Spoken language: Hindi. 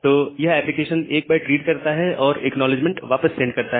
तो यह एप्लीकेशन 1 बाइट रीड करता है और एक्नॉलेजमेंट वापस सेंड करता है